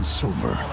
silver